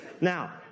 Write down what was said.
Now